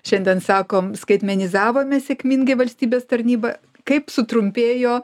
šiandien sakom skaitmenizavome sėkmingai valstybės tarnybą kaip sutrumpėjo